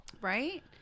Right